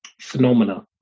phenomena